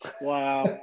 Wow